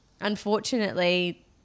unfortunately